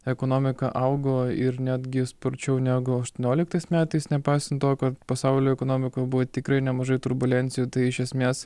ekonomika augo ir netgi sparčiau negu aštuonioliktais metais nepaisant to kad pasaulio ekonomikoj buvo tikrai nemažai turbulencijų tai iš esmės